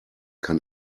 kann